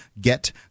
get